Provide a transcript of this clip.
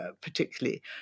particularly